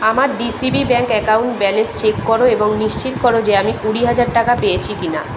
আমার DCB bank account balance check কর এবং নিশ্চিত কর যে আমি কুড়ি হাজার টাকা পেয়েছি কিনা